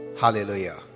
hallelujah